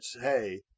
hey